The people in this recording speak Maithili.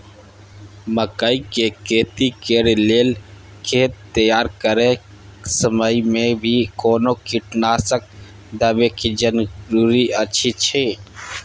मकई के खेती कैर लेल खेत तैयार करैक समय मे भी कोनो कीटनासक देबै के जरूरी अछि की?